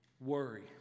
worry